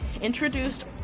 introduced